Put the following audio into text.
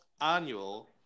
annual